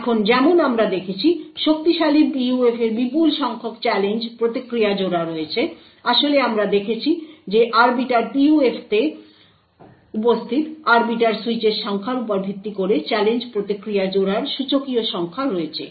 এখন যেমন আমরা দেখেছি শক্তিশালী PUF এ বিপুল সংখ্যক চ্যালেঞ্জ প্রতিক্রিয়া জোড়া রয়েছে আসলে আমরা দেখেছি যে আরবিটার PUF তে উপস্থিত আরবিটার সুইচের সংখ্যার উপর ভিত্তি করে চ্যালেঞ্জ প্রতিক্রিয়া জোড়ার সূচকীয় সংখ্যা রয়েছে